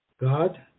God